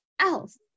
else